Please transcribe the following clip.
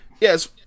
yes